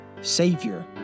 Savior